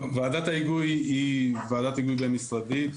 ועדת ההיגוי היא ועדת היגוי בין משרדית